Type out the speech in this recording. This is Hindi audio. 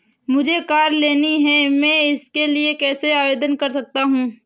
मुझे कार लेनी है मैं इसके लिए कैसे आवेदन कर सकता हूँ?